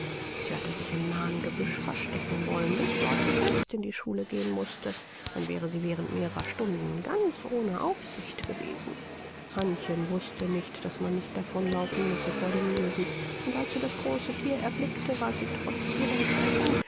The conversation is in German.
sie hatte sich im nahen gebüsch verstecken wollen bis dorte selbst in die schule gehen mußte dann wäre sie während mehrer stunden ganz ohne aufsicht gewesen hannchen wußte nicht daß man nicht davon laufen müsse vor dem löwen und als sie das große thier erblickte war sie trotz ihrem schrecken